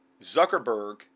Zuckerberg